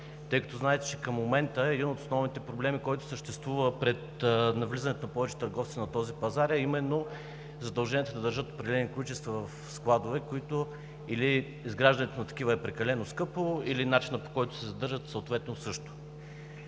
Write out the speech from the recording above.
тъй като, знаете, че към момента един от основните проблеми, който съществува пред навлизането на повече търговци на този пазар, е именно задълженията да държат определени количества в складове –или изграждането на такива е прекалено скъпо, или начинът по който се задържат, съответно също.